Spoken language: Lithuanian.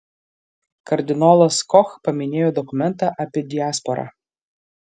kardinolas koch paminėjo dokumentą apie diasporą